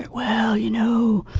well you know,